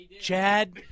Chad